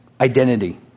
Identity